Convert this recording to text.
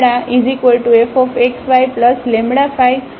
તેથી અમે તે Fxyλfxyλϕxy વ્યાખ્યાયિત કરીએ છીએ